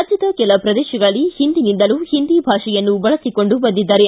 ರಾಜ್ಯದ ಕೆಲ ಪ್ರದೇಶಗಳಲ್ಲಿ ಹಿಂದಿನಿಂದಲೂ ಹಿಂದಿ ಭಾಷೆಯನ್ನು ಬಳಸಿಕೊಂಡು ಬಂದಿದ್ದಾರೆ